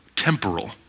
temporal